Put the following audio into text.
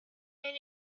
and